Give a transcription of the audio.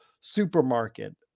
supermarket